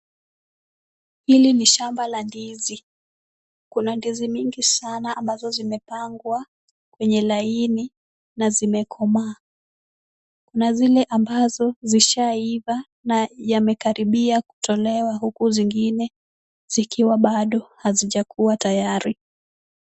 Hili ni shamba la ndizi. Kuna ndizi mingi sana ambazo zimepangwa kwenye laini na zimekomaa. Kuna zile ambazo zishaiva na yamekaribia kutolewa, huku zingine zikiwa bado hazijakuwa tayari.